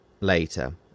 Later